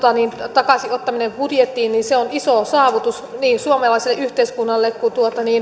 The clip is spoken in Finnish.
takaisin ottaminen budjettiin on iso saavutus niin suomalaiselle yhteiskunnalle kuin